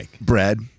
bread